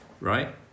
right